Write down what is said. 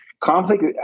conflict